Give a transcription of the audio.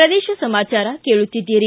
ಪ್ರದೇಶ ಸಮಾಚಾರ ಕೇಳುತ್ತಿದ್ದಿರಿ